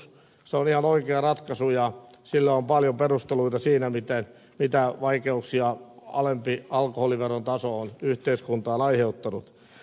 se on ihan oikea ratkaisu ja sillä on paljon perusteluita siinä mitä vaikeuksia alempi alkoholiveron taso on yhteiskuntaan aiheuttanut